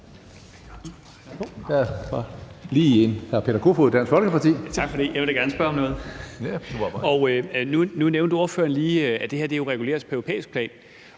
Nu nævnte ordføreren lige, at det her jo reguleres på europæisk plan,